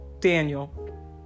Daniel